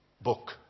book